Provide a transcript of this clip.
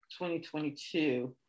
2022